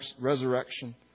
resurrection